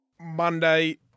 Monday